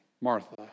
Martha